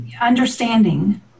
understanding